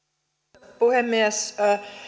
arvoisa puhemies